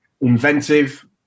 inventive